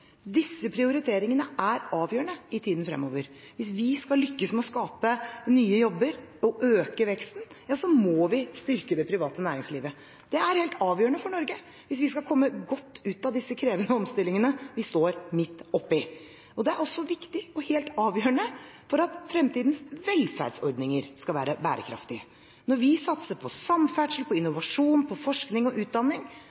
Disse prioriteringene er avgjørende i tiden fremover. Hvis vi skal lykkes med å skape nye jobber og øke veksten, må vi styrke det private næringslivet. Det er helt avgjørende for Norge hvis vi skal komme godt ut av disse krevende omstillingene vi står midt oppe i. Det er også viktig og helt avgjørende for at fremtidens velferdsordninger skal være bærekraftige. Når vi satser på samferdsel,